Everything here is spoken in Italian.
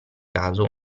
caso